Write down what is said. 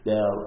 Now